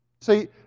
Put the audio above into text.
See